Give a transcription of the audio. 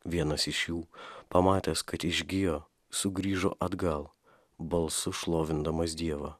vienas iš jų pamatęs kad išgijo sugrįžo atgal balsu šlovindamas dievą